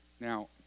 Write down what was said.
Now